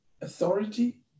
authority